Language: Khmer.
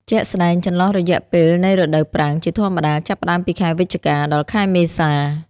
ជាក់ស្តែងចន្លោះរយៈពេលនៃរដូវប្រាំង ជាធម្មតា ចាប់ផ្ដើមពីខែវិច្ឆិកា ដល់ខែមេសា។